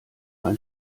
ein